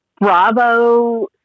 Bravo